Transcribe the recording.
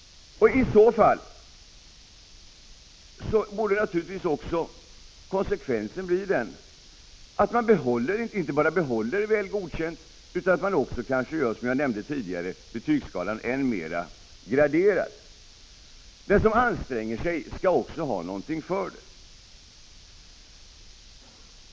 I så fall borde naturligtvis också konsekvensen bli den, att inte bara betyget Väl godkänd behålls utan också, som jag nämnde tidigare, betygsskalan görs än mer graderad. Den som anstränger sig skall ha någonting för det.